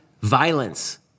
violence